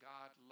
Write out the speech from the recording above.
God